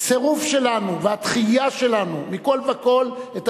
הסירוב שלנו והדחייה שלנו מכול וכול את